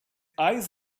eyes